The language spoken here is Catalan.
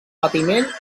patiment